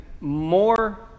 more